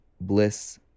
Bliss